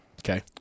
Okay